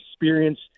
experience